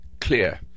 clear